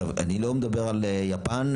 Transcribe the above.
אני לא מדבר על יפן,